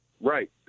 Right